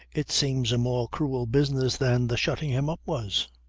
it seems a more cruel business than the shutting him up was.